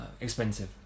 expensive